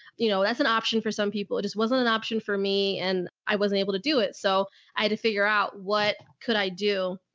you know, that's an option for some people. it just wasn't an option for me. and. i wasn't able to do it, so i had to figure out what could i do.